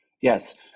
Yes